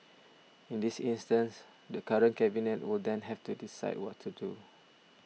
in this instance the current Cabinet would then have to decide what to do